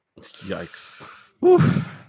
Yikes